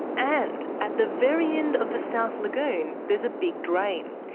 and at the very end of the south lagoon there's a big drain.